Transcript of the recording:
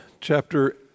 Chapter